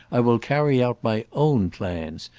i will carry out my own plans!